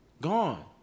Gone